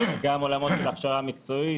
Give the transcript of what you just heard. גם תוכניות של הכשרה מקצועית,